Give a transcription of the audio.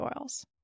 oils